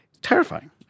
terrifying